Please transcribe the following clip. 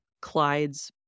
Clyde's